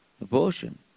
abortion